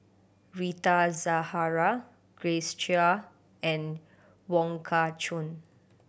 Rita Zahara Grace Chia and Wong Kah Chun